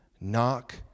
Knock